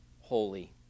holy